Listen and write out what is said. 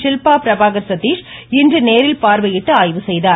ஷில்பா பிரபாகர் சதீஷ் இன்று நேரில் பார்வையிட்டு ஆய்வு செய்தார்